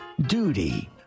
duty